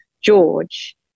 George